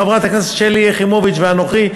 חברת הכנסת שלי יחימוביץ ואנוכי,